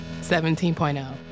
17.0